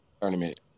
tournament